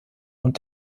und